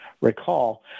recall